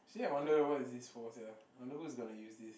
actually I wonder what is this for sia I wonder who is gonna use this